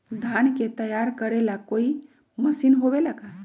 धान के तैयार करेला कोई मशीन होबेला का?